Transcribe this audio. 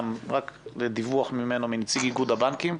רק לדיווח מנציג איגוד הבנקים,